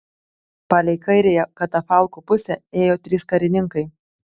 palei kairiąją katafalko pusę ėjo trys karininkai